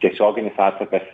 tiesioginis atsakas